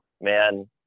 Man